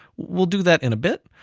we'll do that in a bit,